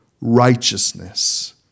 righteousness